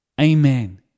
Amen